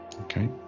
okay